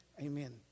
Amen